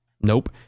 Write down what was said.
nope